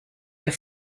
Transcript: wir